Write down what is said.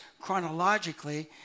chronologically